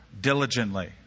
diligently